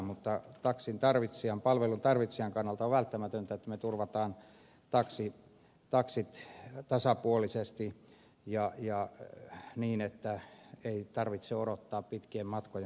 mutta taksin tarvitsijan palvelun tarvitsijan kannalta on välttämätöntä että me turvaamme taksit tasapuolisesti ja niin että niitä ei tarvitse odottaa pitkien matkojen päästä